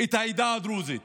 את העדה הדרוזית